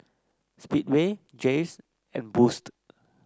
Speedway Jays and Boost